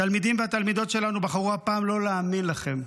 התלמידים והתלמידות שלנו בחרו הפעם לא להאמין לכם.